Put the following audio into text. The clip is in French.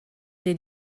des